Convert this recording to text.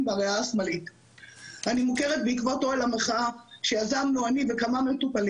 ואני מגדל תאים בצלחת או מטפל